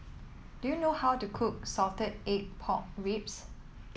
do you know how to cook Salted Egg Pork Ribs